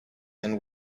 and